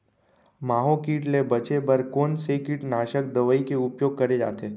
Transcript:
माहो किट ले बचे बर कोन से कीटनाशक दवई के उपयोग करे जाथे?